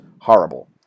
horrible